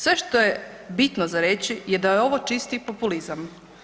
Sve što je bitno za reći je da je ovo čisti populizam.